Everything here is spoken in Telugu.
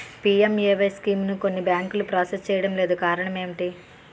పి.ఎం.ఎ.వై స్కీమును కొన్ని బ్యాంకులు ప్రాసెస్ చేయడం లేదు కారణం ఏమిటి?